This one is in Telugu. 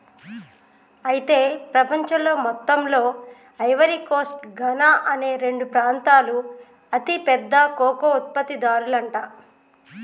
అయితే ప్రపంచంలో మొత్తంలో ఐవరీ కోస్ట్ ఘనా అనే రెండు ప్రాంతాలు అతి పెద్ద కోకో ఉత్పత్తి దారులంట